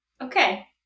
Okay